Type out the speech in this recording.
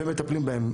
ומטפלים בהם.